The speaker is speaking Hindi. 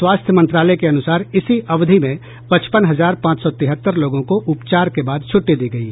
स्वास्थ्य मंत्रालय के अनुसार इसी अवधि में पचपन हजार पांच सौ तिहत्तर लोगों को उपचार के बाद छुट्टी दी गयी